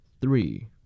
Three